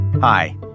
Hi